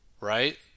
right